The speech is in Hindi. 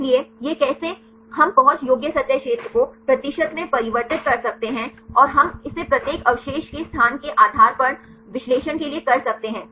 इसलिए यह कैसे हम पहुंच योग्य सतह क्षेत्र को प्रतिशत में परिवर्तित कर सकते हैं और हम इसे प्रत्येक अवशेष के स्थान के आधार पर विश्लेषण के लिए कर सकते हैं